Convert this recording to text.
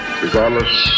regardless